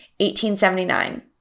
1879